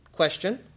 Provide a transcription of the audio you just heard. Question